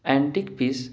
antique piece